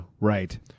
Right